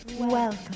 Welcome